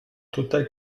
totale